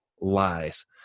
lies